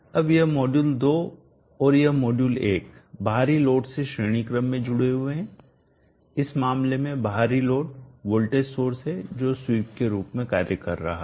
अब यह मॉड्यूल 2 और यह मॉड्यूल 1 बाहरी लोड से श्रेणी क्रम में जुड़े हुए हैं इस मामले में बाहरी लोड वोल्टेज सोर्स है जो स्वीप के रूप में कार्य कर रहा है